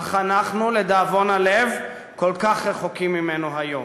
אך אנחנו, לדאבון הלב, כל כך רחוקים ממנו היום.